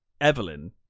Evelyn